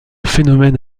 phénomène